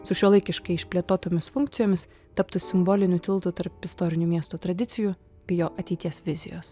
su šiuolaikiškai išplėtotomis funkcijomis taptų simboliniu tiltu tarp istorinių miesto tradicijų bei jo ateities vizijos